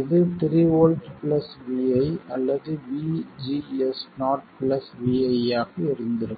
இது 3 V vi அல்லது VGS0 vi ஆக இருந்திருக்கும்